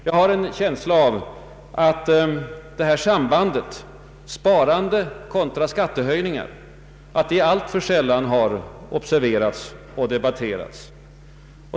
Jag har en känsla av att detta samband — sparande kontra skattehöjningar — alltför sällan har observerats och debatterats.